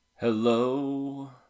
Hello